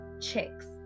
chicks